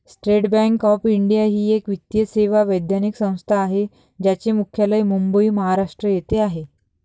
state Bank of India ही एक वित्तीय सेवा वैधानिक संस्था आहे ज्याचे मुख्यालय मुंबई, महाराष्ट्र येथे आहे